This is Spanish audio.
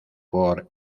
por